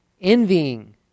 envying